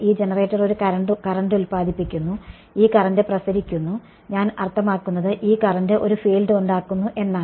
ഈ ജനറേറ്റർ ഒരു കറന്റ് ഉത്പാദിപ്പിക്കുന്നു ഈ കറന്റ് പ്രസരിക്കുന്നു ഞാൻ അർത്ഥമാക്കുന്നത് ഈ കറന്റ് ഒരു ഫീൽഡ് ഉണ്ടാക്കുന്നു എന്നാണ്